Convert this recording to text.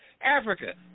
Africa